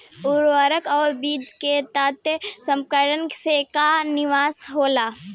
उर्वरक व बीज के तत्काल संपर्क से का नुकसान होला?